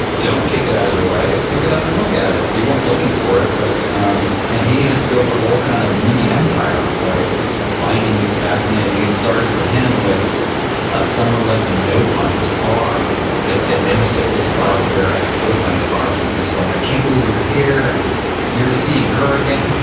don't kick it out of your way, pick it up and look at it. you weren't looking for it. but um and he has built a whole kind of mini empire of like finding these fascinating, it started for him with someone left a note on his car that they they mistook his car for their ex boyfriend's car or something. and said, like i can't believe you're here. and you're seeing her again,